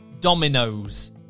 dominoes